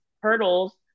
hurdles